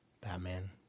Batman